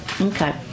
okay